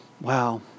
Wow